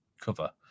cover